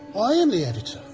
i am the editor.